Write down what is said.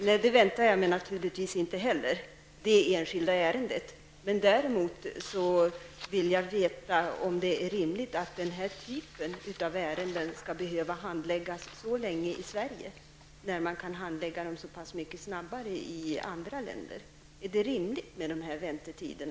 Fru talman! Jag förväntar mig naturligtvis inte heller att statsrådet diskuterar det enskilda ärendet. Men däremot vill jag veta om det är rimligt att den här typen av ärenden skall behöva handläggas så länge i Sverige när de kan handläggas så mycket snabbare i andra länder. Är det rimligt med dessa väntetider?